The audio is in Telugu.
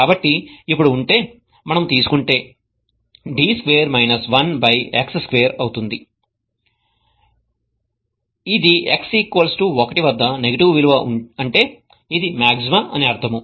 కాబట్టి ఇప్పుడు ఉంటే మనము తీసుకుంటే d square 1 by x square అవుతుంది ఇది x 1 వద్ద నెగెటివ్ విలువ అంటే ఇది మాగ్జిమా అని అర్థం